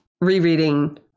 rereading